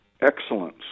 excellence